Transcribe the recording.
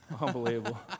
Unbelievable